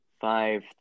Five